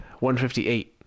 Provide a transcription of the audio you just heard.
158